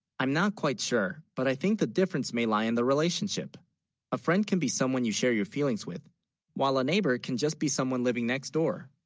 i'm not quite sure but i think the difference may lie in the relationship a friend can be someone you share your feelings with while a neighbour can just be someone living next, door